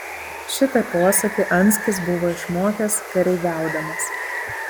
šitą posakį anskis buvo išmokęs kareiviaudamas